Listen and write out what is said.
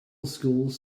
schools